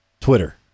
Twitter